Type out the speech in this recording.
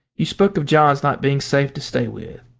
you spoke of john's not being safe to stay with.